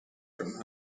from